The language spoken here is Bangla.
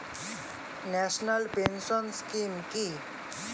ন্যাশনাল পেনশন স্কিম কি?